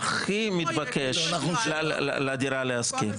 הולכים לוותמ"ל לתכנן אותו.